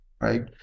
right